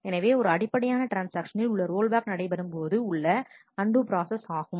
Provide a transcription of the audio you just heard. எனவே ஒரு அடிப்படையான ட்ரான்ஸ்ஆக்ஷனில் உள்ள ரோல்பேக் நடைபெறும்போது உள்ள அண்டு ப்ராசஸ் ஆகும்